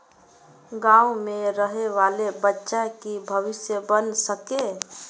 गाँव में रहे वाले बच्चा की भविष्य बन सके?